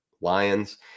lions